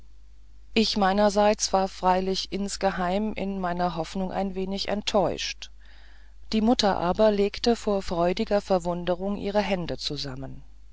ich meinerseits war freilich insgeheim in meiner hoffnung ein wenig getäuscht die mutter aber legte vor freudiger verwunderung ihre hände zusammen